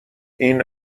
این